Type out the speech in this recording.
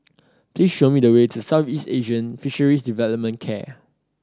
please show me the way to Southeast Asian Fisheries Development care